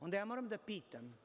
Onda ja moram da pitam,